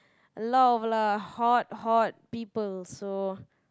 a lot of lah hot hot people so